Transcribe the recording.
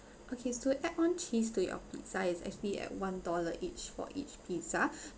okay so add on cheese to your pizza is actually at one dollar each for each pizza